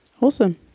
Awesome